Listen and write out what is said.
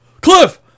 Cliff